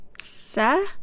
Sir